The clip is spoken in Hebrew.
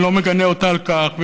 אני לא מגנה אותה על כך,